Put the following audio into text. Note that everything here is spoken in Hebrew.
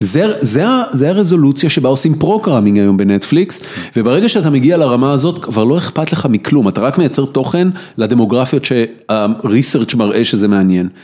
זו הרזולוציה שבה עושים פרוגראמינג היום בנטפליקס, וברגע שאתה מגיע לרמה הזאת, כבר לא אכפת לך מכלום, אתה רק מייצר תוכן לדמוגרפיות שהריסרצ' מראה שזה מעניין.